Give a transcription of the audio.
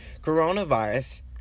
Coronavirus